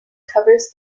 covers